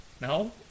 No